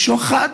ששוחד